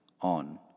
on